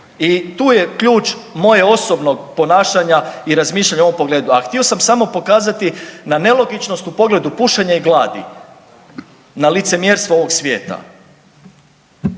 I tu je ključ mojeg osobnog ponašanja i razmišljanja u ovom pogledu. A htio sam samo pokazati na nelogičnost u pogledu pušenja i gladi, na licemjerstvo ovog svijeta